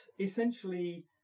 essentially